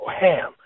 ham